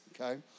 okay